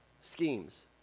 Schemes